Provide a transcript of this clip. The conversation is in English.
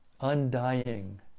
undying